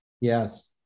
Yes